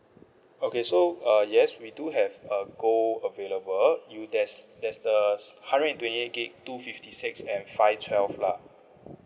okay so uh yes we do have uh gold available you there's there's the s~ hundred and twenty eight gigabyte two fifty six and five twelve lah